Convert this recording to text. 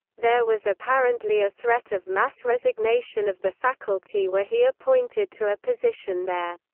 there was apparently a threat of mass resignation of the faculty were he appointed to a position there.